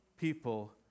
people